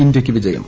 ഇന്ത്യയ്ക്ക് വിജയം